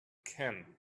can